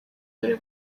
dore